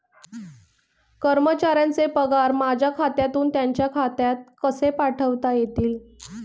कर्मचाऱ्यांचे पगार माझ्या खात्यातून त्यांच्या खात्यात कसे पाठवता येतील?